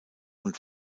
und